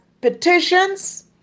petitions